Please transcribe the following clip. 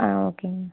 ஆ ஓகேங்க மேம்